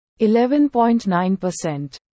11.9%